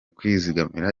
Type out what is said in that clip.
kwizigama